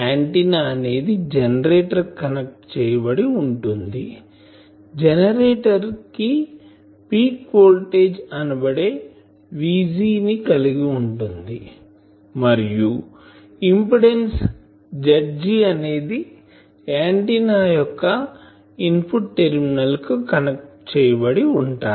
antenna అనేది generator కి connect చేయబడి ఉంటుంది జెనరేటర్ పీక్ వోల్టేజ్ అనబడే VG ని కలిగి ఉంటుంది మరియు ఇంపిడెన్సు Zg అనేది ఆంటిన్నా యొక్క ఇన్పుట్ టెర్మినల్ కు కనెక్ట్ చేయబడి ఉంటాయి